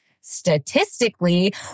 statistically